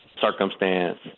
circumstance